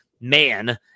man